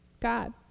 God